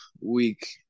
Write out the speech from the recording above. week